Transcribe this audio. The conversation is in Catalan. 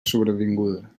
sobrevinguda